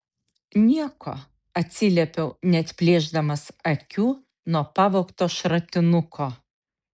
nieko atsiliepiau neatplėšdamas akių nuo pavogto šratinuko